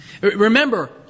Remember